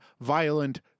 violent